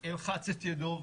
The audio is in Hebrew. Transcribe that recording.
אני אלחץ את ידו.